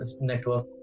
network